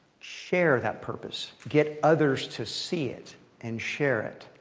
share that purpose, get others to see it and share it.